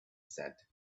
said